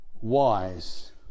wise